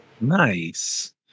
Nice